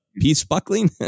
peace-buckling